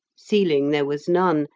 ceiling there was none,